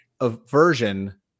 aversion